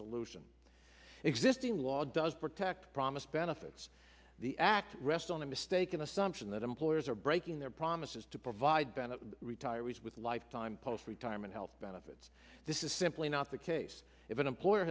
solution existing law does protect promised benefits the act rests on a mistaken assumption that employers are breaking their promises to provide bennett retirees with lifetime post retirement health benefits this is simply not the case if an employer